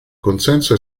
consenso